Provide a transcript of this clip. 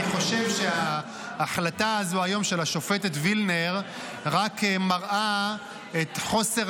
אני חושב שההחלטה הזו היום של השופטת וילנר רק מראה את חוסר